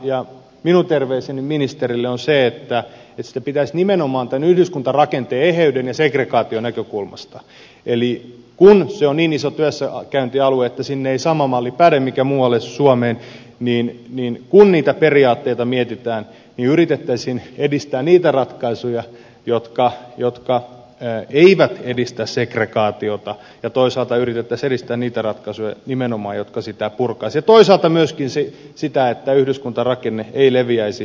minun terveiseni ministerille on se että sitä pitäisi lähestyä nimenomaan tämän yhdyskuntarakenteen eheyden ja segregaation näkökulmasta eli kun se on niin iso työssäkäyntialue että sinne ei sama malli päde kuin muualle suomeen niin kun niitä periaatteita mietitään niin yritettäisiin edistää niitä ratkaisuja jotka eivät edistä segregaatiota ja toisaalta yritettäisiin edistää niitä ratkaisuja nimenomaan jotka sitä purkaisivat ja toisaalta myöskin sitä että yhdyskuntarakenne ei leviäisi